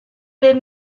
bum